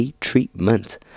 treatment